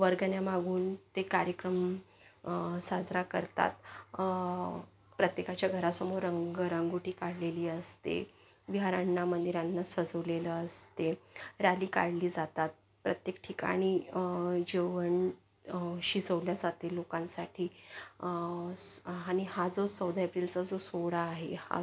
वर्गण्या मागून ते कार्यक्रम साजरा करतात प्रत्येकाच्या घरासमोर रंगरंगोटी काढलेली असते घरांना मंदिरांना सजवलेलं असते राली काढली जातात प्रत्येक ठिकाणी जेवण शिजवल्या जाते लोकांसाठी स आणि हा जो सौदा एप्रिलचा जो सोहळा आहे हा